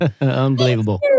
unbelievable